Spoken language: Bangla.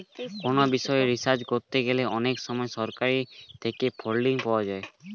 কোনো বিষয়ে রিসার্চ করতে গেলে অনেক সময় সরকার থেকে ফান্ডিং পাওয়া যায়